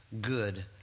good